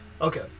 Okay